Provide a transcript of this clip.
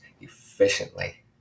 efficiently